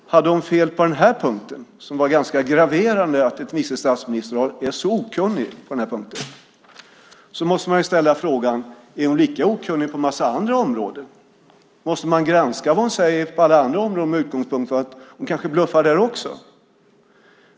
Om hon hade fel på den här punkten - och det är ganska graverande att en vice statsminister är så okunnig - måste man ställa frågan om hon är lika okunnig på en massa andra områden. Måste man granska vad hon säger på alla andra områden med utgångspunkten att hon kanske bluffar där också?